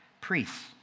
Priests